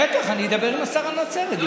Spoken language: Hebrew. בטח, אני אדבר עם השר על נצרת.